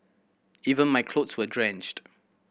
even my clothes were drenched